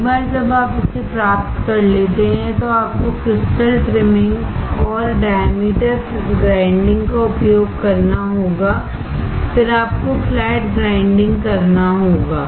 एक बार जब आप इसे प्राप्त कर लेते हैं तो आपको क्रिस्टल ट्रिमिंगऔर डायमीटर ग्राइंडिंग का उपयोग करना होगा फिर आपको फ्लैट ग्राइंडिंगकरना होगा